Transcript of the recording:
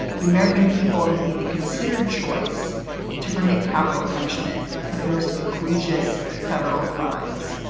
the american people have made the considered choice to permit capital punishment for the most egregious federal crimes.